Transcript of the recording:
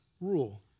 rule